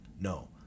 No